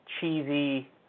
cheesy